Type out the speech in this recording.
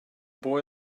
boy